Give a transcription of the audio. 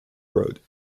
road